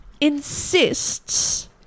insists